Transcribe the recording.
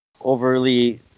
overly